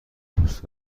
دوست